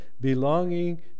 Belonging